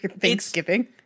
Thanksgiving